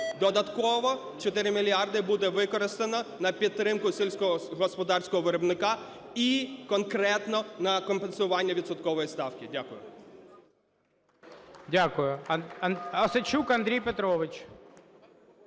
Додатково 4 мільярди буде використано на підтримку сільськогосподарського виробника і конкретно на компенсування відсоткової ставки. Дякую.